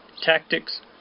tactics